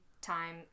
time